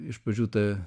iš pradžių ta